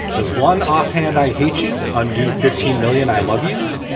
does one offhand, i hate you undo fifteen million. i love you's.